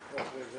לעופר.